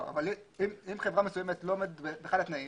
אם חברה מסוימת לא עומדת באחד התנאים